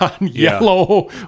yellow